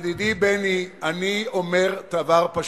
ידידי בני, אני אומר דבר פשוט: